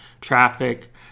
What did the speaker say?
traffic